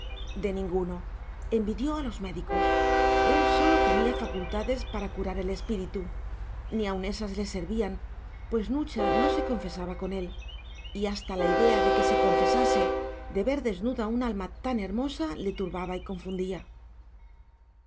de ninguno envidió a los médicos él sólo tenía facultades para curar el espíritu ni aun ésas le servían pues nucha no se confesaba con él y hasta la idea de que se confesase de ver desnuda un alma tan hermosa le turbaba y confundía